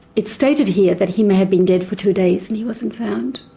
it's stated here that he may have been dead for two days and he wasn't found.